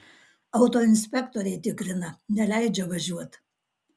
autoinspektoriai tikrina neleidžia važiuot